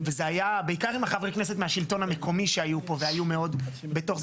וזה היה בעיקר עם חברי הכנסת מהשלטון המקומי שהיו פה והיו מאוד בתוך זה.